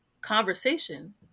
conversation